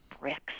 bricks